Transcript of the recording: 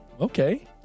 Okay